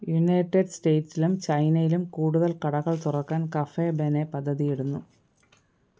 United സ്റ്റേറ്റ്സിലും ചൈനയിലും കൂടുതൽ കടകൾ തുറക്കാൻ കഫേ ബെനെ പദ്ധതിയിടുന്നു